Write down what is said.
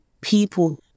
people